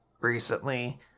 recently